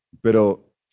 pero